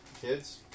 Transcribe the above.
Kids